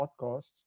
podcasts